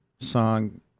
Song